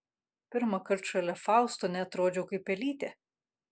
pirmąkart šalia fausto neatrodžiau kaip pelytė